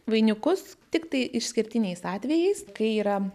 vainikus tiktai išskirtiniais atvejais kai yra